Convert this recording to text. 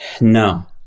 No